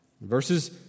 Verses